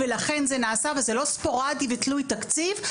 ולכן זה נעשה וזה לא ספורדי ותלוי תקציב.